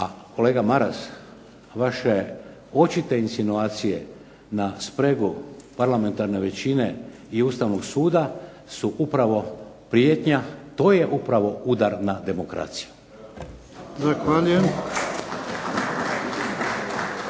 A kolega Maras na vaše očite insinuacije na spregu parlamentarne većine i Ustavnog suda su upravo prijetnja, to je upravo udar na demokraciju. **Jarnjak,